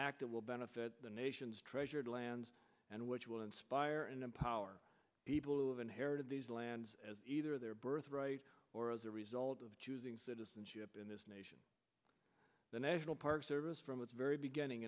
that will benefit the nation's treasured lands and which will inspire and empower people who have inherited these lands as either their birthright or as a result of choosing citizenship in this nation the national park service from its very beginning